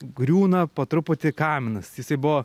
griūna po truputį kaminas jisai buvo